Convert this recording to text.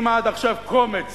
אם עד עכשיו קומץ